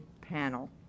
panel